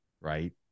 right